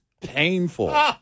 painful